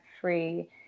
free